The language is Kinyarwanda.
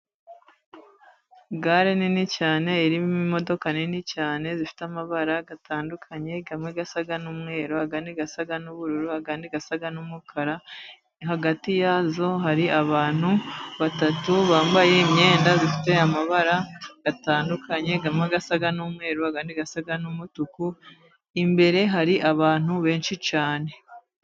Gare nini cyane, irimo imodoka nini cyane, zifite amabara atandukanye amwe asa n'umweru, ayandi asa n'ubururu, ayandi asa n'umukara. Hagati yazo hari abantu batatu bambaye imyenda ifite amabara atandukanye amwe asa n'umweru, ayandi asa n'umutuku. Imbere hari abantu benshi cyane.